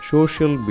Social